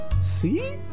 See